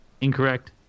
Incorrect